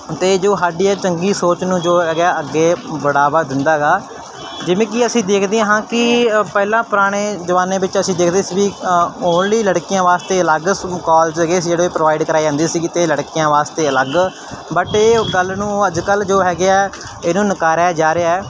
ਅਤੇ ਜੋ ਸਾਡੀ ਇਹ ਚੰਗੀ ਸੋਚ ਨੂੰ ਜੋ ਹੈਗਾ ਅੱਗੇ ਬੜਾਵਾ ਦਿੰਦਾ ਗਾ ਜਿਵੇਂ ਕਿ ਅਸੀਂ ਦੇਖਦੇ ਹਾਂ ਕਿ ਪਹਿਲਾਂ ਪੁਰਾਣੇ ਜ਼ਮਾਨੇ ਵਿੱਚ ਅਸੀਂ ਦੇਖਦੇ ਸੀ ਵੀ ਓਨਲੀ ਲੜਕੀਆਂ ਵਾਸਤੇ ਅਲੱਗ ਸਕੂਲ ਕਾਲਜ ਹੈਗੇ ਸੀ ਜਿਹੜੇ ਪ੍ਰੋਵਾਈਡ ਕਰਵਾਏ ਜਾਂਦੇ ਸੀਗੇ ਅਤੇ ਲੜਕੀਆਂ ਵਾਸਤੇ ਅਲੱਗ ਬਟ ਇਹ ਉਹ ਗੱਲ ਨੂੰ ਅੱਜ ਕੱਲ੍ਹ ਜੋ ਹੈਗੇ ਆ ਇਹਨੂੰ ਨਕਾਰਿਆ ਜਾ ਰਿਹਾ